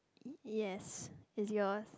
yes is your